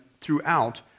throughout